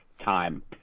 time